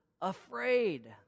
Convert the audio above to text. afraid